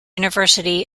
university